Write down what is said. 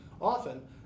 Often